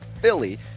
Philly